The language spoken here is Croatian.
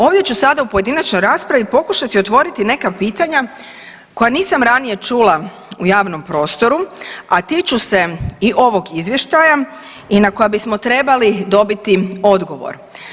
Ovdje ću sada u pojedinačnoj raspravi pokušati otvoriti neka pitanja koja nisam ranije čula u javnom prostoru, a tiču se i ovog izvještaja i na koja bismo trebali dobiti odgovor.